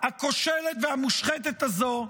הכושלת והמושחתת הזו,